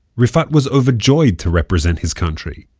rifat was overjoyed to represent his country.